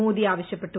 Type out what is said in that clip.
മോദി ആവശ്യപ്പെട്ടു